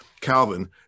Calvin